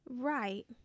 Right